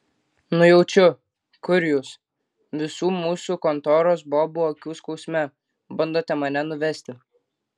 nujaučiu kur jūs visų mūsų kontoros bobų akių skausme bandote mane nuvesti